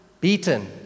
Beaten